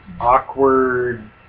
awkward